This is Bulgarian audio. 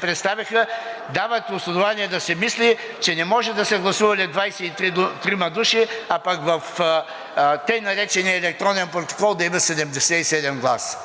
представиха на ДПС, дават основание да се мисли, че не може да са гласували 23 души, а пък в тъй наречения електронен протокол да има 77 гласа.